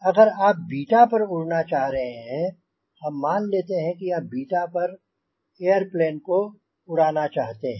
अगर आप 𝛽 पर उड़ना चाह रहे हैं हम मान लेते है कि आप 𝛽 पर एयरप्लेन को उड़ाना चाहते हैं